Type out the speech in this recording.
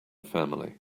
family